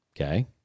Okay